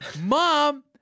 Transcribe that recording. Mom